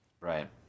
Right